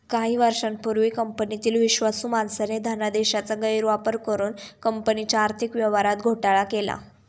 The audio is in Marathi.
काही वर्षांपूर्वी कंपनीतील विश्वासू माणसाने धनादेशाचा गैरवापर करुन कंपनीच्या आर्थिक व्यवहारात घोटाळा केला